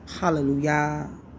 Hallelujah